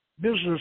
business